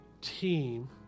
team